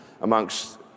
amongst